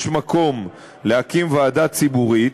יש מקום להקים ועדה ציבורית,